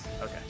Okay